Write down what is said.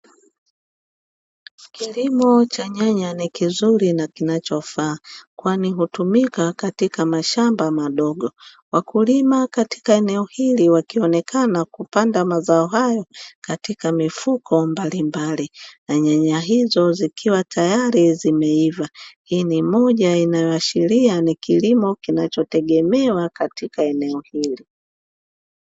Kilimo cha nyanya ni kizuri na kinachofaa kwani hutumika katika mashamba madogo, wakulima katika eneo hili wakionekana kupanda mazoao hayo katika mifuko mbalimbali na nyanya hizo zikiwa tayari zimeiva, hii ni moja inayoashiria ni kilimo kinachotegemewa katika eneo hili.